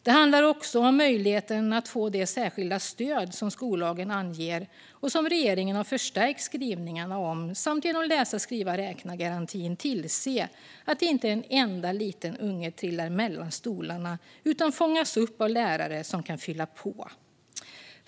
Det handlar också om möjligheten att få det särskilda stöd som skollagen anger, och som regeringen har förstärkt skrivningarna om, samt att genom läsa-skriva-räkna-garantin tillse att inte en enda liten unge trillar mellan stolarna utan fångas upp av lärare som kan fylla på.